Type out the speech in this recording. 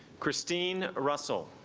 christine russell